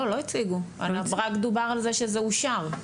לא הציגו, רק דובר על זה שזה אושר.